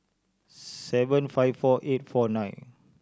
seven five four eight four nine